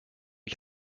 ich